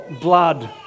blood